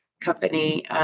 company